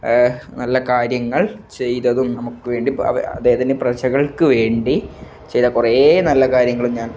നല്ല കാര്യങ്ങൾ ചെയ്തതും നമുക്ക് വേണ്ടി അദ്ദേഹത്തിൻ്റെ പ്രജകൾക്ക് വേണ്ടി ചെയ്ത കുറേ നല്ല കാര്യങ്ങളും ഞാൻ